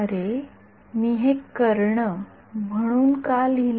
अरे मी हे कर्ण म्हणून का लिहिले